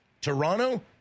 Toronto